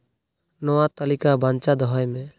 ᱱᱚᱣᱟ ᱛᱟᱹᱞᱤᱠᱟ ᱵᱟᱧᱪᱟᱣ ᱫᱚᱦᱚᱭ ᱢᱮ